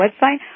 website